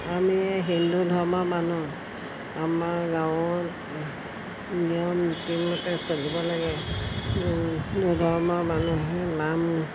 আমি হিন্দু ধৰ্মৰ মানুহ আমাৰ গাঁৱত নিয়ম নীতিমতে চলিব লাগে হিন্দু ধৰ্মৰ মানুহে নাম